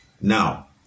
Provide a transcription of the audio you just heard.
now